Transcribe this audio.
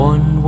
One